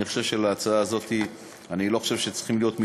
אני לא חושב שלהצעה הזאת צריכים להיות מתנגדים,